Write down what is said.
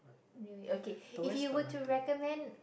okay if you were to recommend